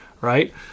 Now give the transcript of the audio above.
right